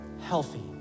healthy